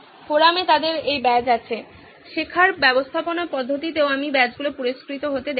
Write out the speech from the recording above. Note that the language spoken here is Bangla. ফোরামে তাদের এই ব্যাজ আছে শেখার ব্যবস্থাপনা পদ্ধতিতেও আমি ব্যাজগুলি পুরস্কৃত হতে দেখেছি